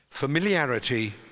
Familiarity